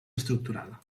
estructurada